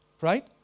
right